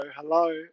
hello